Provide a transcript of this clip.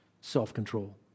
self-control